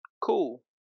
cool